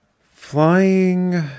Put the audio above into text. flying